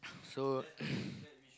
so